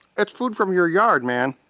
it's food from your yard, man.